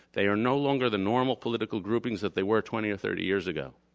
they are no longer the normal political groupings that they were twenty or thirty years ago.